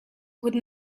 would